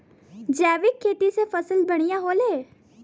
जैविक खेती से फसल बढ़िया होले